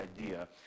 idea